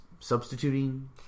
Substituting